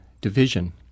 division